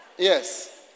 Yes